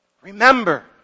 Remember